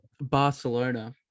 Barcelona